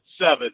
seven